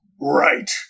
right